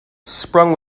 sprung